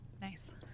Nice